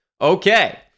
Okay